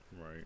Right